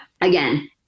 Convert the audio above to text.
again